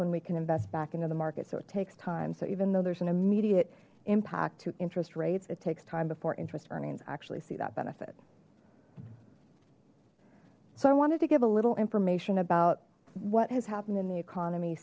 when we can invest back into the market so it takes time so even though there's an immediate impact to interest rates it takes time before interest earnings actually see that benefit so i wanted to give a little information about what has happened in the economy